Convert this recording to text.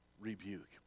rebuke